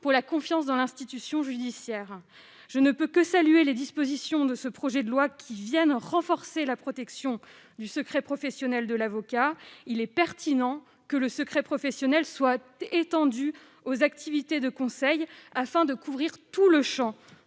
la confiance dans l'institution judiciaire. Je ne peux que saluer les dispositions de ce projet de loi qui renforcent la protection du secret professionnel de l'avocat. Il est pertinent que celui-ci soit étendu aux activités de conseil, afin de couvrir tout le champ